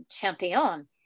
Champion